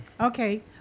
Okay